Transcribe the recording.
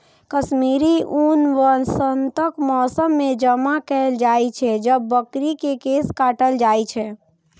कश्मीरी ऊन वसंतक मौसम मे जमा कैल जाइ छै, जब बकरी के केश काटल जाइ छै